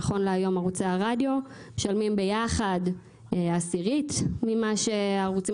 נכון להיום ערוצי הרדיו משלמים ביחד עשירית ממה שהערוצים